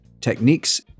techniques